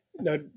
Now